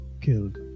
killed